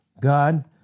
God